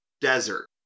desert